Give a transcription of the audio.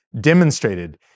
demonstrated